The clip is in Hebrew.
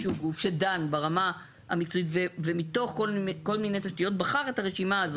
גוף שדן ברמה המקצועית ומתוך כל מיני תשתיות בחר את הרשימה הזאת.